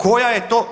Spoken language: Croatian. Koja je to?